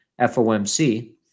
FOMC